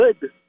good